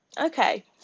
Okay